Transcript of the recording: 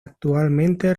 actualmente